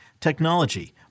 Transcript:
technology